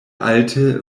alte